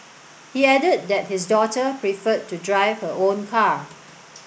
he added that his daughter preferred to drive her own car